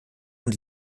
und